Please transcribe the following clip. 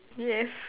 yes